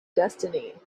destiny